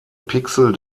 pixel